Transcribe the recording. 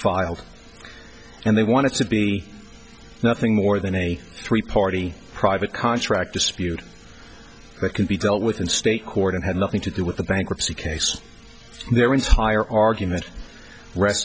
filed and they want to be nothing more than a three party private contract dispute that can be dealt with in state court and had nothing to do with the bankruptcy case their entire argument re